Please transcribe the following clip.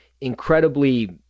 incredibly